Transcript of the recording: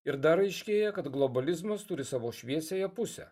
ir dar aiškėja kad globalizmas turi savo šviesiąją pusę